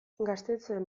gaztetxeen